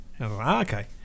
Okay